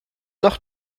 noch